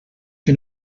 que